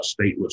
stateless